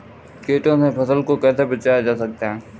कीटों से फसल को कैसे बचाया जा सकता है?